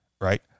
Right